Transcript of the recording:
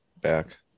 back